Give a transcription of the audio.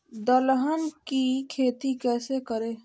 दलहन की खेती कैसे करें?